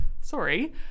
sorry